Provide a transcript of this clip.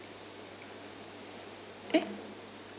eh